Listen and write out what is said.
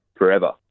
forever